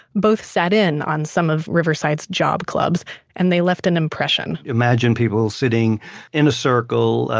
both sat in on some of riverside's job clubs and they left an impression imagine people sitting in a circle,